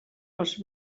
els